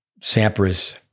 Sampras